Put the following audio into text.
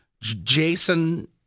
jason